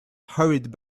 hurried